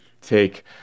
take